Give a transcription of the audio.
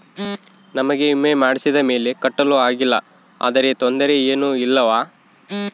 ನಮಗೆ ವಿಮೆ ಮಾಡಿಸಿದ ಮೇಲೆ ಕಟ್ಟಲು ಆಗಿಲ್ಲ ಆದರೆ ತೊಂದರೆ ಏನು ಇಲ್ಲವಾ?